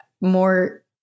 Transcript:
more